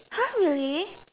[huh] really